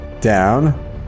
down